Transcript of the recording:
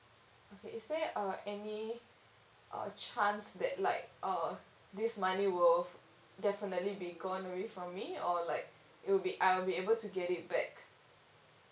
okay is there uh any uh chance that like uh this money will definitely be gone already for me or like you'll be I'll be able to get it back